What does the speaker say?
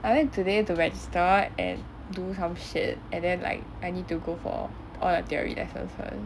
I went today to like register and do some shit and then like I need to go for all the theory lessons first